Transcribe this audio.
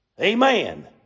Amen